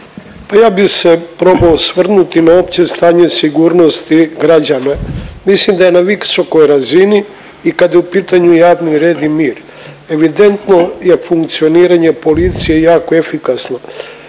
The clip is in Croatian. ja bi se probao osvrnuti na opće stanje sigurnosti građana. Mislim da je na visokoj razini i kad je u pitanju javni red i mir. Evidentno je funkcioniranje policije jako efikasno.